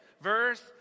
Verse